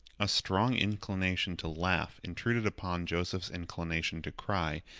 a strong inclination to laugh intruded upon joseph's inclination to cry,